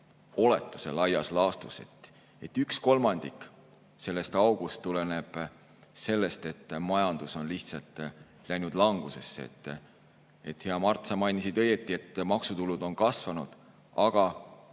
oletuse, et üks kolmandik sellest august tuleneb sellest, et majandus on lihtsalt läinud langusesse. Hea Mart, sa mainisid õigesti, et maksutulud on kasvanud, aga